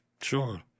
sure